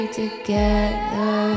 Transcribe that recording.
together